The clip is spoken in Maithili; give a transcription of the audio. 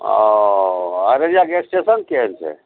ओ अररियाके स्टेशन केहन छै